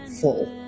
Four